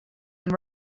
and